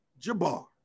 Jabbar